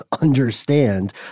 understand